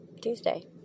Tuesday